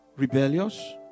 rebellious